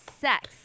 sex